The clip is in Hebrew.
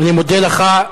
אני מודה לך.